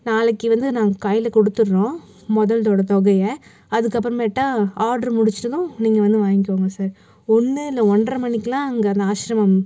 நாளைக்கு வந்து நாங்கள் கையில் கொடுத்துட்றோம் முதல்தோடய தொகையை அதுக்கு அப்பறமேட்டா ஆடரு முடிச்சிட்டு தான் நீங்கள் வந்து வாங்கிக்கோங்க சார் ஒன்று இல்லை ஒன்றரை மணிக்கிலான் அங்கே அந்த ஆஸ்ரமம்